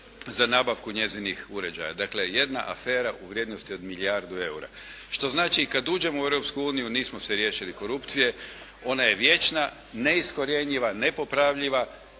za nabavku njezinih uređaja. Dakle, jedna afera u vrijednosti od milijardu eura, što znači i kad uđemo u Europsku uniju nismo se riješili korupcije. Ona je vječna, neiskorjenjiva, nepopravljiva,